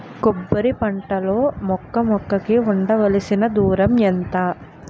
కొబ్బరి పంట లో మొక్క మొక్క కి ఉండవలసిన దూరం ఎంత